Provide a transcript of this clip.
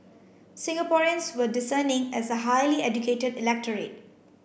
Singaporeans were discerning as a highly educated electorate